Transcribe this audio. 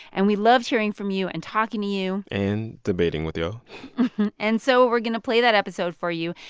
and we loved hearing from you and talking to you and debating with y'all and so we're going to play that episode for you.